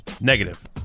Negative